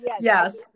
Yes